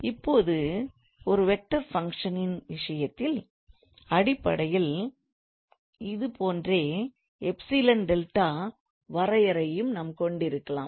இப்போது ஒரு vector function ன் விஷயத்தின் அடிப்படையில் இதேபோன்ற எப்சிலன் டெல்டா வரையறையையும் நாம் கொண்டிருக்கலாம்